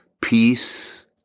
peace